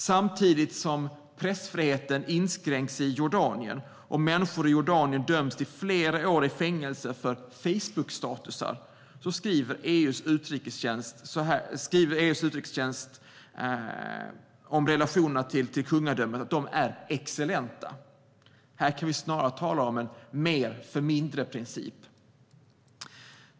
Samtidigt inskränks pressfriheten i Jordanien, och människor i Jordanien döms till flera år i fängelse för deras Facebookstatus. EU:s utrikestjänst skriver att relationen till kungadömet är excellent. Här kan vi snarare tala om en mer-för-mindre-princip.